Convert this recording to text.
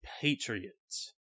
patriots